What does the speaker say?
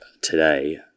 today